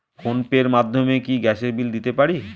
Phone pay র মাধ্যমে কি গ্যাসের বিল দিতে পারি?